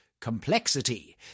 complexity